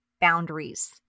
boundaries